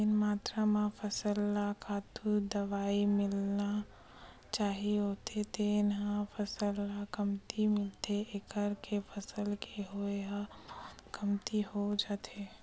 जेन मातरा म फसल ल खातू, दवई मिलना चाही होथे तेन ह फसल ल कमती मिलथे एखर ले फसल के होवई ह बहुते कमती हो जाथे